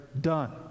done